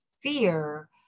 fear